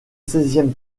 seizième